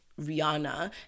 Rihanna